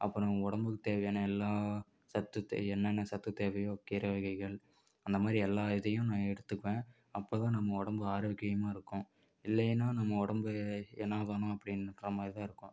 அப்புறம் உடம்புக்கு தேவையான எல்லா சத்து தே என்னென்ன சத்து தேவையோ கீரை வகைகள் அந்தமாதிரி எல்லா இதையும் நான் எடுத்துப்பேன் அப்போதான் நம்ம உடம்பு ஆரோக்கியமாக இருக்கும் இல்லைனா நம்ம உடம்பு ஏனோதானோ அப்படின்றா மாதிரிதான் இருக்கும்